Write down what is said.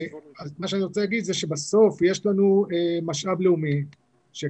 מה שאני רוצה להגיד זה שבסוף יש לנו משאב לאומי שכדאי